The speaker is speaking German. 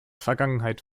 vergangenheit